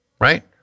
right